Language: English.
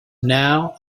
now